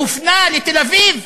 הופנה לתל-אביב,